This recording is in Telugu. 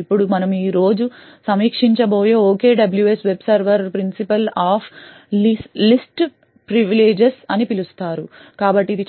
ఇప్పుడు మనము ఈ రోజు సమీక్షించబోయే OKWS web server principle of least privileges అని పిలుస్తారు కాబట్టి ఇది